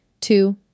Two